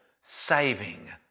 saving